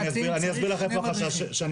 זה לא החשש.